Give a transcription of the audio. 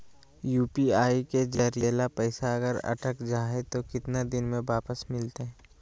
UPI के जरिए भजेल पैसा अगर अटक जा है तो कितना दिन में वापस मिलते?